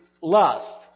lust